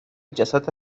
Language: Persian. جسد